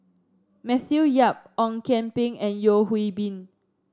Matthew Yap Ong Kian Peng and Yeo Hwee Bin